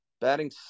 Batting